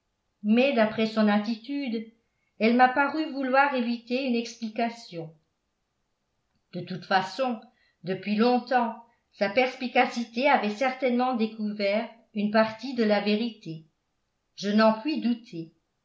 mais d'après son attitude elle m'a paru vouloir éviter une explication de toute façon depuis longtemps sa perspicacité avait certainement découvert une partie de la vérité je n'en puis douter